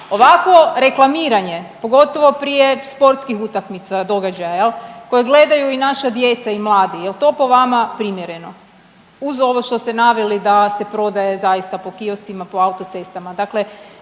ovakvo reklamiranje, pogotovo prije sportskih utakmica i događaja jel, koje gledaju i naša djeca i mladi, jel to po vama primjereno uz ovo što ste naveli da se prodaje zaista po kioscima, po autocestama?